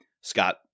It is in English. Scott